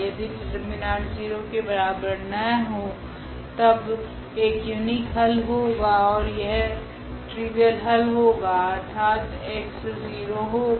यदि डिटर्मिनांट 0 के बराबर न हो तब एक युनीक हल होगा ओर यह ट्रिवियल हल होगा अर्थात x 0 होगा